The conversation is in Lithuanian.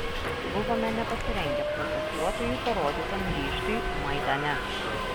buvome nepasirengę protestuotojų parodytam ryžtui maidane